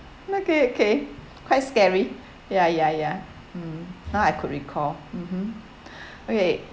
okay okay quite scary ya ya ya mm now I could recall mmhmm okay